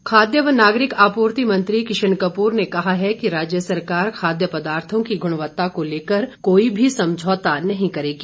कप्र खाद्य व नागरिक आपूर्ति मंत्री किशन कपूर ने कहा है कि राज्य सरकार खाद्य पदार्थो की गुणवत्ता को लेकर कोई भी समझौता नहीं करेगी